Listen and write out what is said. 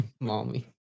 mommy